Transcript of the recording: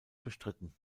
bestritten